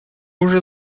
уже